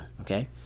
okay